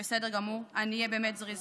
בסדר גמור, אני אהיה באמת זריזה.